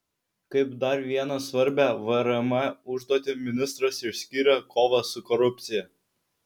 kaip dar vieną svarbią vrm užduotį ministras išskyrė kovą su korupcija